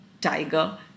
Tiger